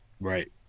Right